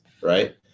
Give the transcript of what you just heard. right